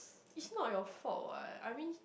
it's not your fault what I mean